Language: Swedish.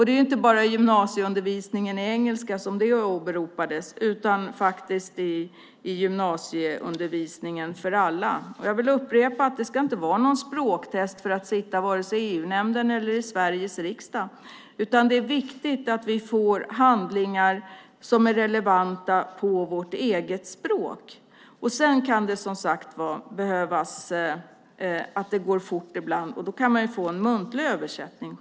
Det var inte bara gymnasieundervisningen i engelska som åberopades utan gymnasieundervisningen för alla. Jag vill upprepa att det inte ska vara något språktest för att sitta vare sig i EU-nämnden eller i Sveriges riksdag. Det är viktigt att vi får handlingar som är relevanta på vårt eget språk. Sedan kan det behövas att det går fort, och då kan man självklart få en muntlig översättning.